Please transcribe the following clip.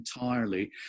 entirely